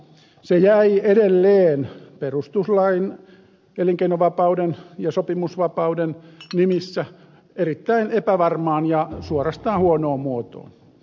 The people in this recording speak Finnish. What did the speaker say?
se jäi edelleen perustuslain elinkeinovapauden ja sopimusvapauden nimissä erittäin epävarmaan ja suorastaan huonoon muotoon